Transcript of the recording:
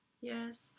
Yes